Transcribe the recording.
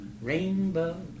rainbow